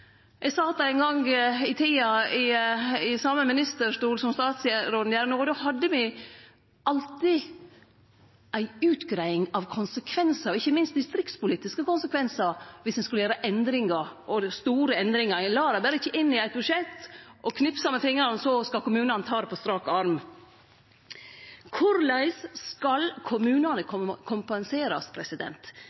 Eg sat ein gong i tida i den same ministerstolen som statsråden gjer no, og då hadde me alltid ei utgreiing av konsekvensar, ikkje minst distriktspolitiske konsekvensar, viss ein skulle gjere store endringar. Me la dei ikkje berre inn i eit budsjett og knipsa med fingrane, og så skulle kommunane ta det på strak arm. Korleis skal kommunane kompenserast?